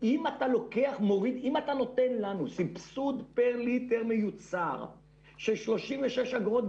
אתה נותן לנו סבסוד פר ליטר מיוצר של 36 אגורות,